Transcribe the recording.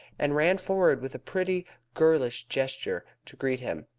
and ran forward with a pretty girlish gesture to greet him.